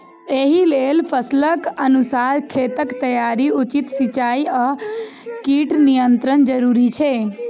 एहि लेल फसलक अनुसार खेतक तैयारी, उचित सिंचाई आ कीट नियंत्रण जरूरी छै